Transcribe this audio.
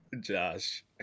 Josh